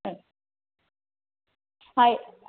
അ